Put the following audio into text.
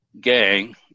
gang